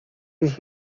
już